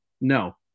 No